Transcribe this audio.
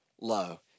low